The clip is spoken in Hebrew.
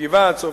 הגבעה-הצרפתית,